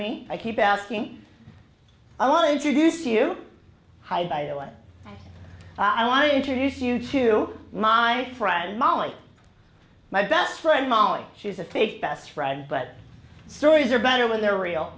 me i keep asking i want to introduce you high by the way i want to introduce you to my friend molly my best friend molly she's a fifth best friend but stories are better when they're real